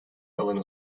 alanı